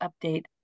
update